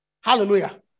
Hallelujah